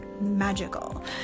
magical